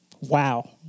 Wow